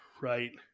right